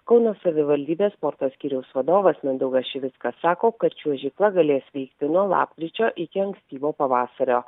kauno savivaldybės sporto skyriaus vadovas mindaugas šivickas sako kad čiuožykla galės veikti nuo lapkričio iki ankstyvo pavasario